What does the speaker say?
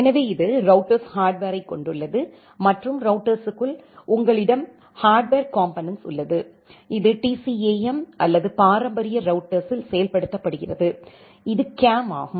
எனவே இது ரௌட்டர்ஸ் ஹார்ட்வரைக் கொண்டுள்ளது மற்றும் ரௌட்டர்ஸ்க்குள் உங்களிடம் ஹார்ட்வர் காம்போனெனென்ட்ஸ் உள்ளது இது TCAM அல்லது பாரம்பரிய ரௌட்டர்ஸ்யில் செயல்படுத்தப்படுகிறது இது CAM ஆகும்